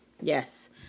Yes